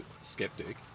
skeptic